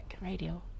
radio